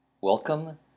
Welcome